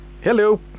Hello